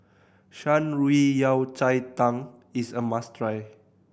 Shan Rui Yao Cai Tang is a must try